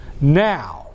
now